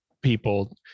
people